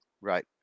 Right